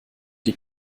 die